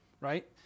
right